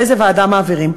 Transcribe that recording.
לאיזו ועדה מעבירים?